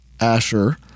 Asher